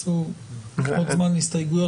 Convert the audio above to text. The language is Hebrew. אם תרצו עוד זמן להסתייגויות,